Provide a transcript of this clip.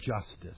justice